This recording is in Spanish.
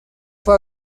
fue